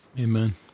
Amen